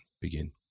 begin